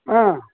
ꯑꯥ